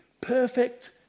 perfect